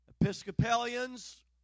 Episcopalians